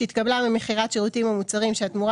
שהתקבלה ממכירת שירותים או מוצרים שהתמורה